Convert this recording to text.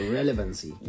relevancy